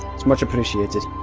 it's much appreciated.